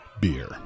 beer